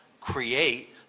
create